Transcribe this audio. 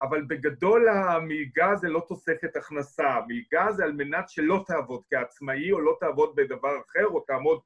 אבל בגדול המילגה זה לא תוספת הכנסה, המילגה זה על מנת שלא תעבוד כעצמאי או לא תעבוד בדבר אחר או תעמוד...